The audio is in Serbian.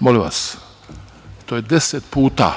Molim vas, to je deset puta.